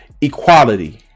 equality